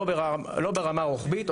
לא ברמה רוחבית,